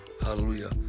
Hallelujah